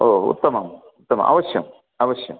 ओ उत्तमम् उत्तम अवश्यम् अवश्यं